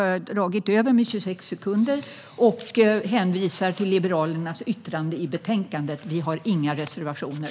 Jag hänvisar till Liberalernas yttrande i betänkandet. Vi har inga reservationer.